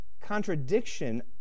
contradiction